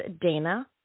Dana